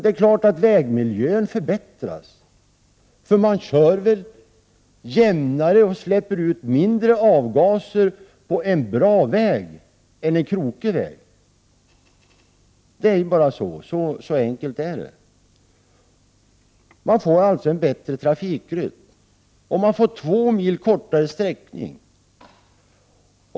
Det är klart att vägmiljön förbättras, eftersom man kör jämnare och släpper ut mindre avgaser på en bra väg än på en krokig väg. Så enkelt är det. Man får således en bättre trafikrytm, och man får två mil kortare sträckning.